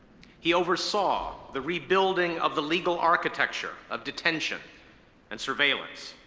he oversaw the rebuilding of the legal architecture of detention and surveillance.